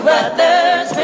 others